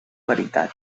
veritat